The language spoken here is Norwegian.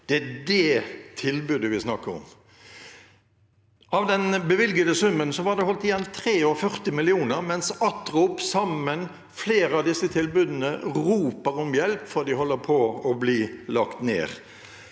Det er det tilbudet vi snakker om. Av den bevilgede summen var det holdt igjen 43 mill. kr, mens ATROP, Sammen og flere av disse tilbudene roper om hjelp fordi de holder på å bli lagt ned.